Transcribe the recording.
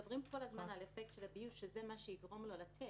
מדברים כל הזמן על האפקט של הביוש שהוא זה שיגרום לתת,